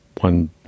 one